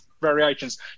variations